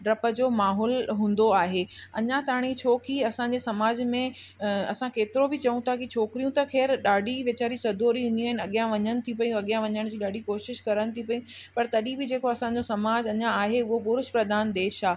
डप जो माहौलु हूंदो आहे अञा ताईं छोकी असांजे समाज में असां केतिरो बि चयूं था की छोकिरियूं त ख़ैरु ॾाढी वेचारी सदोरी हूंदियूं आहिनि अॻियां वञनि थी पियूं अॻियां वञण जी कोशिशि करण थी पियूं पर तॾहिं बि जेको असांजो समाज अञा आहे उहो पुरुष प्रधान देश आहे